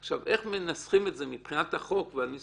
איך מנסחים את זה מבחינת החוק והניסוח